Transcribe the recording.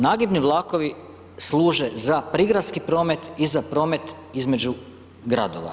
Nagibni vlakovi služe za prigradski promet i za promet između gradova.